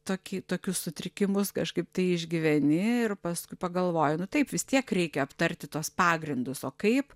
toki tokius sutrikimus kažkaip tai išgyveni ir paskui pagalvoji nu taip vis tiek reikia aptarti tuos pagrindus o kaip